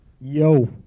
Yo